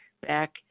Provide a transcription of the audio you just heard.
back